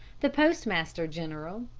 the postmaster-general,